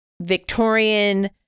Victorian